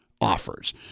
offers